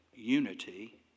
unity